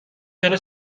جلو